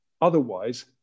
Otherwise